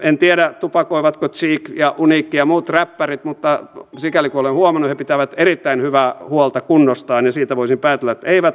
en tiedä tupakoivatko cheek ja uniikki ja muut räppärit mutta sikäli kuin olen huomannut he pitävät erittäin hyvää huolta kunnostaan ja siitä voisin päätellä että eivät tupakoi